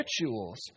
rituals